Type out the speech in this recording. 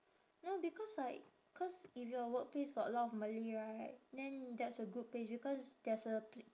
no because like cause if your workplace got a lot of malay right then that's a good place because there's a pl~